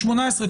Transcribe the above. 2018,